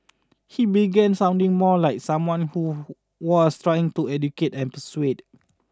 he began sounding more like someone who was trying to educate and persuade